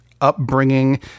upbringing